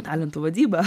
talentų vadybą